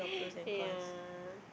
yeah